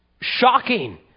shocking